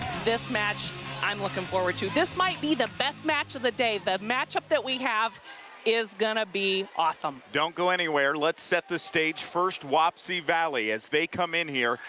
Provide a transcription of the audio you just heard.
this match i'm looking forward to this might be the best match of the day, the matchup that we have is going to be awesome. don't go anywhere let's set the stage. first wapsie valley as they come in here,